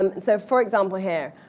um and so for example here,